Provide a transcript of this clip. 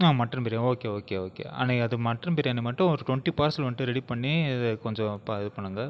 mutton biryani okay okay okay அன்னிக்கு அது mutton biryani மட்டும் ஒரு டொண்டி பார்சல் வந்துட்டு ரெடி பண்ணி இது கொஞ்சம் இது பண்ணுங்க